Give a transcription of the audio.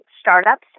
startups